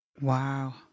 Wow